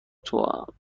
توام